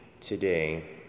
today